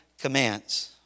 commands